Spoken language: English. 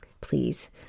please